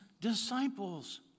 disciples